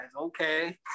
okay